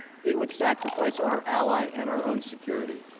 he would sacrifice our ally and our own security.